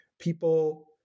People